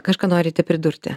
kažką norite pridurti